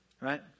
right